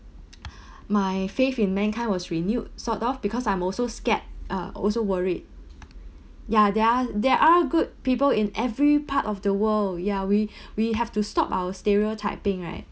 my faith in mankind was renewed sort of because I'm also scared uh also worried ya there are there are good people in every part of the world ya we we have to stop our stereotyping right